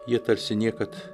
jie tarsi niekad